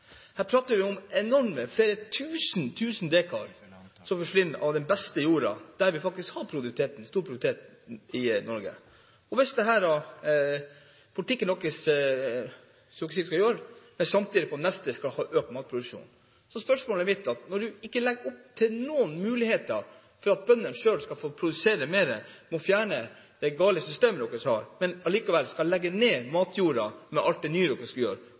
Her prater vi om enorme områder der flere tusen dekar av den beste jorda forsvinner – og der vi faktisk har stor produktivitet i Norge. Hvis denne politikken skal gjennomføres, samtidig som vi skal ha økt matproduksjon, er spørsmålet mitt: Når man ikke legger opp til noen muligheter for at bøndene selv kan få produsere mer, ved å fjerne det gale systemet man har, men fjerner matjorda med alt det nye man skal gjøre,